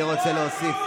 לא נתקבלה.